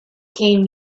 came